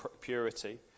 purity